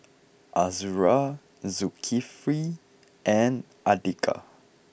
Azura Zulkifli and Andika